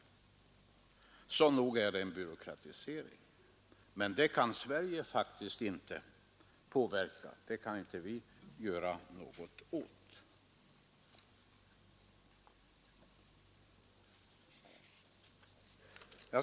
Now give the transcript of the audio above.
Så nog är det en byråkratisering, men det kan Sverige faktiskt inte göra något åt.